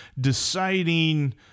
deciding